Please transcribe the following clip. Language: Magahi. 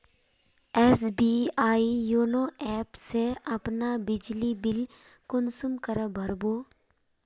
एस.बी.आई योनो ऐप से अपना बिजली बिल कुंसम करे भर बो?